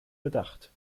bedacht